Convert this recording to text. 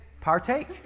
partake